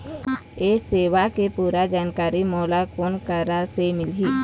ये सेवा के पूरा जानकारी मोला कोन करा से मिलही?